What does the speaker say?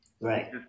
Right